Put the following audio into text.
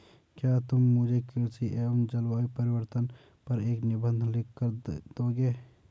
क्या तुम मुझे कृषि एवं जलवायु परिवर्तन पर एक निबंध लिखकर दोगे?